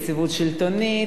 יציבות שלטונית,